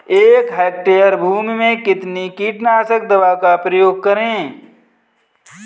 एक हेक्टेयर भूमि में कितनी कीटनाशक दवा का प्रयोग करें?